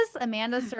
Amanda